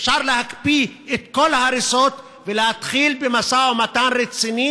אפשר להקפיא את כל ההריסות ולהתחיל במשא ומתן רציני